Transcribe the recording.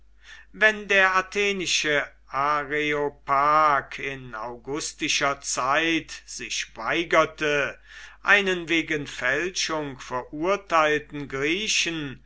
wenn der athenische areopag in augustischer zeit sich weigerte einen wegen fälschung verurteilten griechen